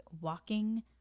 walking